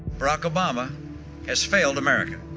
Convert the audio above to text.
barack obama has failed america.